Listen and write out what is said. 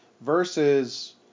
versus